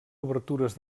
obertures